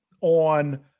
On